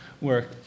work